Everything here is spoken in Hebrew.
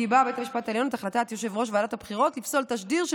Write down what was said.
גיבה בית המשפט העליון את החלטת יו"ר ועדת הבחירות לפסול תשדיר של